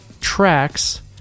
tracks